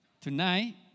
tonight